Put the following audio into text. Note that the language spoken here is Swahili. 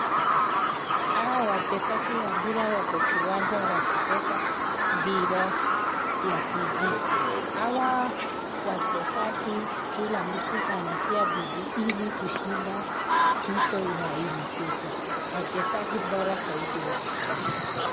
Hawa wachezaji wa mpira wako kwa kiwanja waki cheza mpira ya kuigiza. Hwa wachezaji kila mtu anatia bidii ili kushinda tuzo ya huu mchezo. Wachezaji bora zaidi wako.